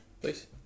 Please